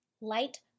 Light